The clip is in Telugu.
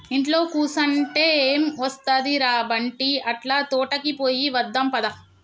ఇంట్లో కుసంటే ఎం ఒస్తది ర బంటీ, అట్లా తోటకి పోయి వద్దాం పద